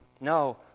No